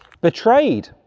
betrayed